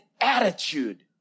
attitude